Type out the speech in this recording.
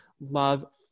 love